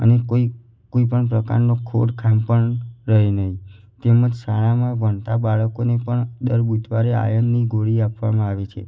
અને કોઈ કોઈપણ પ્રકારનો ખોડ ખાંપણ પણ રહે નહીં તેમજ શાળામાં ભણતાં બાળકોને પણ દર બુધવારે આયર્નની ગોળી આપવામાં આવે છે